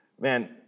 Man